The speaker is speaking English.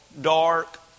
dark